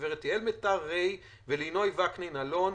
גב' יעל מיתר רי ולינוי וקנין אלון,